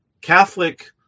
Catholic